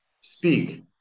speak